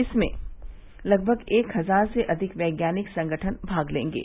इसमें लगभग एक हजार से अधिक वैज्ञानिक संगठन भाग लेंगे